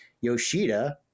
Yoshida